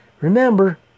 Remember